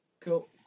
Cool